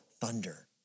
thunder